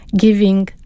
giving